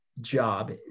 job